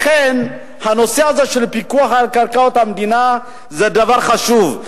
לכן הנושא הזה של פיקוח על קרקעות המדינה הוא דבר חשוב.